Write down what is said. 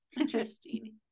interesting